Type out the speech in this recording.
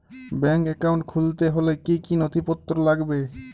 Bank account খুলতে হলে কি কি নথিপত্র লাগবে?